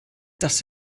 das